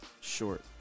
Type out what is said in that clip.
short